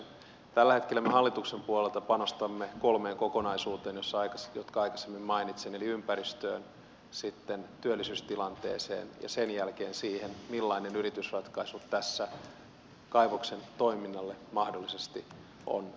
tällä hetkellä me hallituksen puolelta panostamme kolmeen kokonaisuuteen jotka aikaisemmin mainitsin eli ympäristöön sitten työllisyystilanteeseen ja sen jälkeen siihen millainen yritysratkaisu tässä kaivoksen toiminnalle mahdollisesti rakennetaan